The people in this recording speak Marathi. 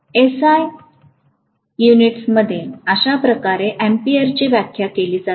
SI युनिट्समध्ये अशा प्रकारे एम्पीयरची व्याख्या केली जाते